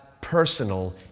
personal